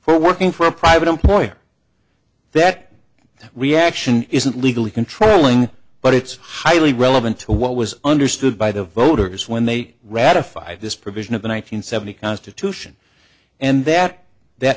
for working for a private employer that reaction isn't legally controlling but it's highly relevant to what was understood by the voters when they ratified this provision of the one nine hundred seventy constitution and that that